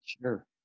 Sure